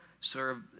serve